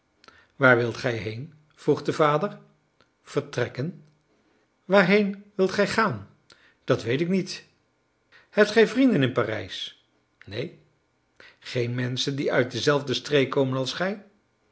waar wilt gij heen vroeg de vader vertrekken waarheen wilt gij gaan dat weet ik niet hebt gij vrienden in parijs neen geen menschen die uit dezelfde streek komen als